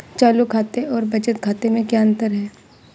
चालू खाते और बचत खाते में क्या अंतर है?